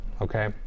Okay